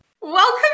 Welcome